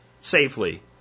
safely